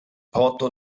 porto